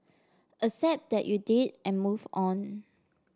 accept that you did and move on